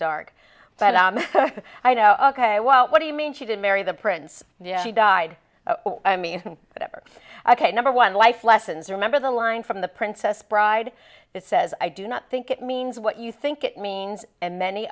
dark but i'm ok well what do you mean she didn't marry the prince she died i mean whatever i can number one life lessons remember the line from the princess bride it says i do not think it means what you think it means and many